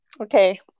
Okay